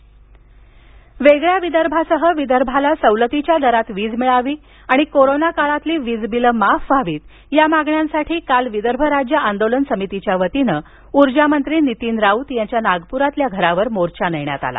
विदर्भ आंदोलन वेगळ्या विदर्भासह विदर्भाला सवलतीच्या दरात वीज मिळावी आणि कोरोना काळातली वीजबिलं माफ व्हावी या मागण्यांसाठी काल विदर्भ राज्य आंदोलन समितीच्या वतीनं उर्जामंत्री नीतीन राऊत यांच्या नागपुरातील घरावर मोर्चा नेण्यात आला